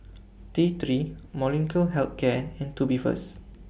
T three Molnylcke Health Care and Tubifast